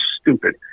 stupid